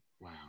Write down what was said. Wow